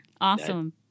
Awesome